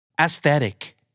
Aesthetic